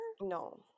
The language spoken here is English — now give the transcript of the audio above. No